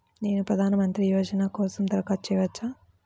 నేను ప్రధాన మంత్రి యోజన కోసం దరఖాస్తు చేయవచ్చా?